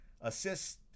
assists